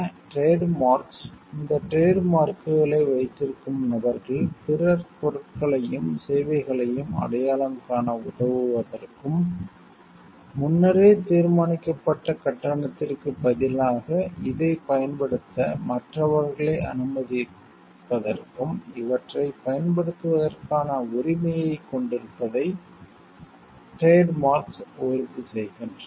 trade marks இந்த trade மார்க்களை வைத்திருக்கும் நபர்கள் பிறர் பொருட்களையும் சேவைகளையும் அடையாளம் காண உதவுவதற்கும் முன்னரே தீர்மானிக்கப்பட்ட கட்டணத்திற்குப் பதிலாக இதைப் பயன்படுத்த மற்றவர்களை அனுமதிப்பதற்கும் இவற்றைப் பயன்படுத்துவதற்கான உரிமையைக் கொண்டிருப்பதை டிரேட் மார்க்ஸ் உறுதி செய்கின்றன